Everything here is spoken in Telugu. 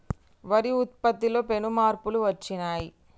వరి ఉత్పత్తిలో పెను మార్పులు వచ్చినాయ్